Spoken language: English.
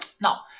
Now